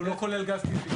הוא לא כולל גז טבעי.